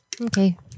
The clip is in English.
Okay